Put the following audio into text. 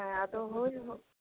ᱦᱮᱸ ᱟᱫᱚ ᱦᱳᱭ